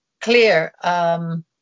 clear